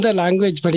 language